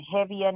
heavier